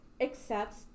accepts